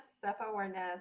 self-awareness